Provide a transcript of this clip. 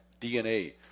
DNA